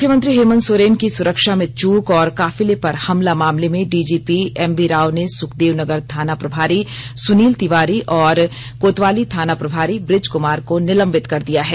मुख्यमंत्री हेमंत सोरेन की सुरक्षा में चूक और काफिले पर हमला मामले में डीजीपी एमवी राव ने सुखदेव नगर थाना प्रभारी सुनील तिवारी और कोतवाली थाना प्रभारी बुज कुमार को निलंबित कर दिया है